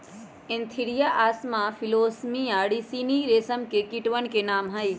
Antheraea असामा फिलोसामिया रिसिनी रेशम के कीटवन के नाम हई